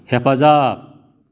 हेफाजाब